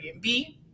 Airbnb